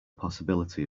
possibility